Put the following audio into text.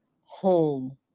home